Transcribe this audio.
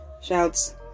shouts